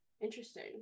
interesting